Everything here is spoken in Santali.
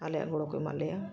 ᱟᱞᱮᱭᱟᱜ ᱜᱚᱲᱚ ᱠᱚ ᱮᱢᱟᱜ ᱞᱮᱭᱟ